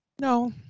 no